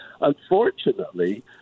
Unfortunately